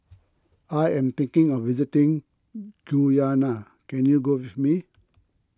I am thinking of visiting Guyana can you go with me